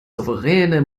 souveräne